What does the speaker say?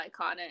iconic